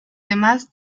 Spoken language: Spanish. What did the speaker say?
demás